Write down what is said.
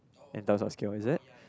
in terms of scale is it